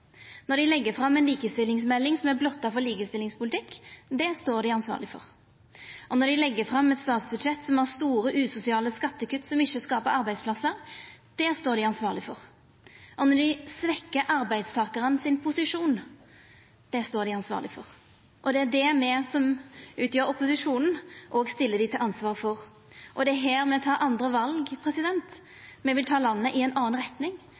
Når dei legg fram ei likestillingsmelding som er blotta for likestillingspolitikk – det står dei ansvarleg for. Når dei legg fram eit statsbudsjett som har store usosiale skattekutt som ikkje skapar arbeidsplassar – det står dei ansvarleg for. Og når dei svekkjer posisjonen til arbeidstakarane – det står dei ansvarleg for. Det er det me som utgjer opposisjonen, òg stiller dei til ansvar for. Og det er her me tek andre val, me vil ta landet i ei anna retning,